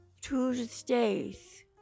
Tuesdays